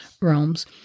realms